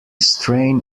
strain